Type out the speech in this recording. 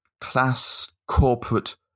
class-corporate